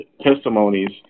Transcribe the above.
testimonies